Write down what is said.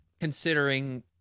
considering